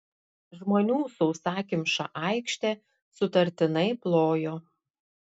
žmonių sausakimša aikštė sutartinai plojo